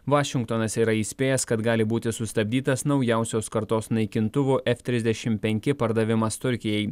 vašingtonas yra įspėjęs kad gali būti sustabdytas naujausios kartos naikintuvo ef trisdešim penki pardavimas turkijai